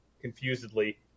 confusedly